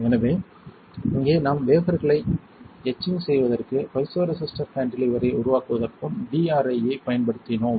எனவே இங்கே நாம் வேஃபர்களை எட்சிங் செய்வதற்கு பைசோரெசிஸ்டர் கான்டிலீவரை உருவாக்குவதற்கும் DRIe ஐப் பயன்படுத்தினோம்